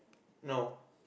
no